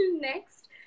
next